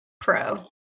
pro